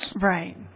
Right